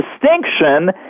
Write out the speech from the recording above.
Distinction